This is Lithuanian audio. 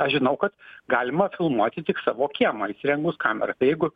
aš žinau kad galima filmuoti tik savo kiemą įsirengus kamerą tai jeigu